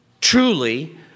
truly